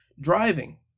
Driving